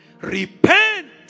repent